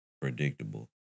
predictable